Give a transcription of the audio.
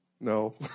No